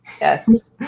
Yes